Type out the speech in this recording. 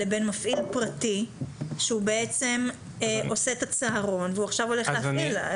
לבין מפעיל פרטי שהוא בעצם עושה את הצהרון והוא עכשיו הולך להפעיל?